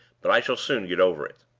but i shall soon get over it.